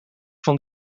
van